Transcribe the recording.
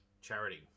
charity